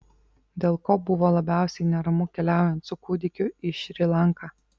dėl ko buvo labiausiai neramu keliaujant su kūdikiu į šri lanką